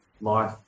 life